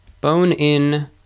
bone-in